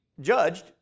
judged